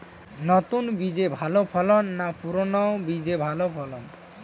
নতুন বীজে ভালো ফলন না পুরানো বীজে ভালো ফলন?